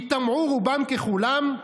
ייטמעו רובם ככולם"